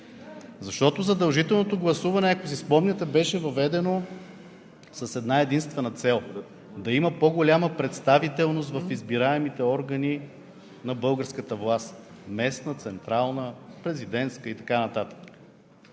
защото задължителното гласуване, ако си спомняте, беше въведено с една-единствена цел – да има по-голяма представителност в избираемите органи на българската власт – местна, централна, президентска и така